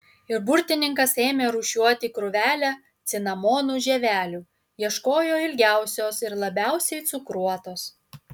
ir burtininkas ėmė rūšiuoti krūvelę cinamonų žievelių ieškojo ilgiausios ir labiausiai cukruotos